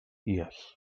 yes